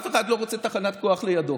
אף אחד לא רוצה תחנת כוח לידו,